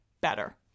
better